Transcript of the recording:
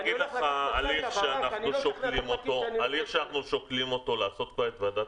ההליך שאנחנו שוקלים אותו הוא לעשות את ועדת